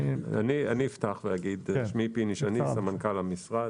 אפתח ואגיד, שמי פיני שני, סמנכ"ל המשרד,